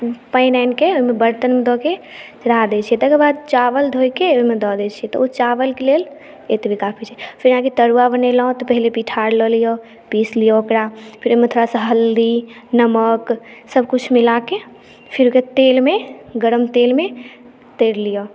पानि आनि के ओहिमे बर्तन मे दय के चढ़ा दै छियै तकर बाद चावल धो के ओहिमे दऽ दै छियै तऽ ओ चावल के लेल एतबे काफी छै फेर अहाँ के तरुआ बनेलहुॅं तऽ पहिले पिठार लऽ लिअ पीस लिअ ओकरा फेर ओहिमे थोड़ा सा हल्दी नमक सभकिछु मिला के फेर ओहिके तेल मे गरम तेल मे तैर लिअ